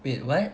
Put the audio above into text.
wait what